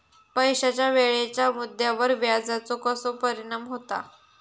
पैशाच्या वेळेच्या मुद्द्यावर व्याजाचो कसो परिणाम होता